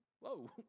whoa